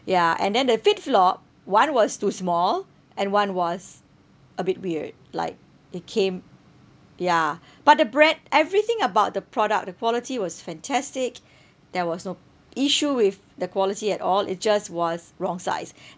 ya and then the FitFlop [one] was too small and one was a bit weird like it came ya but the bread everything about the product the quality was fantastic there was no issue with the quality at all it just was wrong size